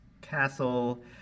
Castle